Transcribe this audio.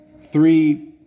three